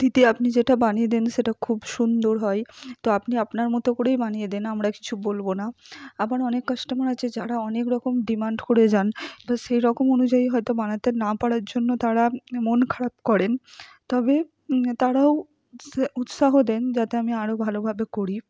দিদি আপনি যেটা বানিয়ে দেন সেটা খুব সুন্দর হয় তো আপনি আপনার মতো করেই বানিয়ে দিন আমরা কিছু বলব না আবার অনেক কাস্টমার আছে যারা অনেকরকম ডিমান্ড করে যান বা সেইরকম অনুযায়ী হয়তো বানাতে না পারার জন্য তারা মন খারাপ করেন তবে তারাও উৎসাহ দেন যাতে আমি আরও ভালোভাবে করি